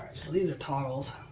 so these are toggles,